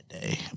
day